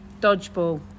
Dodgeball